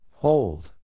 Hold